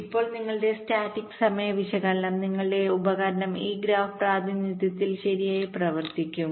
ഇപ്പോൾ നിങ്ങളുടെ സ്റ്റാറ്റിക് സമയ വിശകലനം നിങ്ങളുടെ ഉപകരണം ഈ ഗ്രാഫ് പ്രാതിനിധ്യത്തിൽ ശരിയായി പ്രവർത്തിക്കും